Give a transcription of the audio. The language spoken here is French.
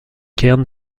cairn